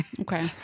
Okay